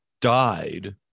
died